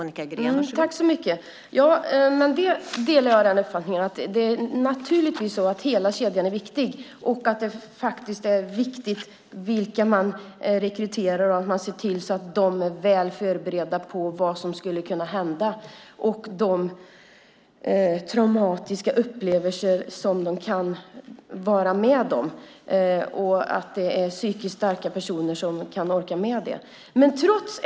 Fru talman! Jag delar den uppfattningen; naturligtvis är hela kedjan viktig. Det är också viktigt vilka man rekryterar och att man ser till att de är väl förberedda på vad som skulle kunna hända och de traumatiska upplevelser de kan vara med om. Dessa personer måste vara psykiskt starka så att de orkar med det.